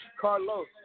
Carlos